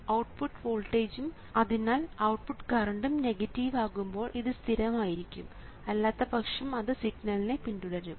output വോൾട്ടേജും അതിനാൽ output കറണ്ടും നെഗറ്റീവ് ആകുമ്പോൾ ഇത് സ്ഥിരമായിരിക്കും അല്ലാത്തപക്ഷം അത് സിഗ്നലിനെ പിന്തുടരും